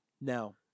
Now